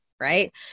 Right